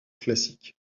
classique